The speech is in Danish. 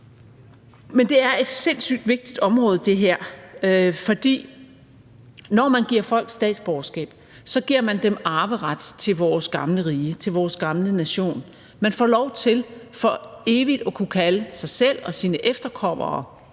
her er et sindssygt vigtigt område, for når man giver folk statsborgerskab, giver man dem arveret til vores gamle rige, til vores gamle nation. De får lov til for evigt at kunne kalde sig selv og deres efterkommere